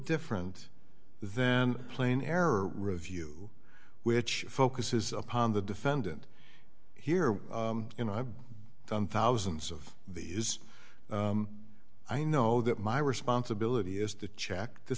different then plain error review which focuses upon the defendant here you know i've done thousands of the is i know that my responsibility is to check to